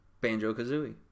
Banjo-Kazooie